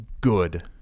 good